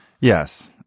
Yes